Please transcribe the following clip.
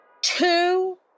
Two